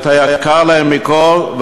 את היקר להן מכול,